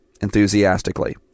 enthusiastically